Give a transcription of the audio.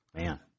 man